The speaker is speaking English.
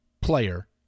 player